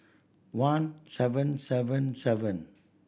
one seven seven seven